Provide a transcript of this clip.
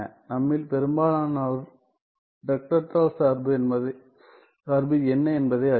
நம்மில் பெரும்பாலானோர் Dirac delta சார்பு என்ன என்பதை அறிவோம்